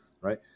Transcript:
right